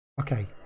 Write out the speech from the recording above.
Okay